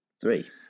three